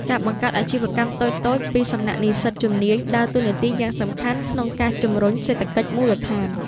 ការបង្កើតអាជីវកម្មតូចៗពីសំណាក់និស្សិតជំនាញដើរតួនាទីយ៉ាងសំខាន់ក្នុងការ ជំរុញសេដ្ឋកិច្ចមូលដ្ឋាន។